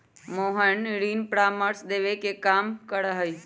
मोहन ऋण परामर्श देवे के काम करा हई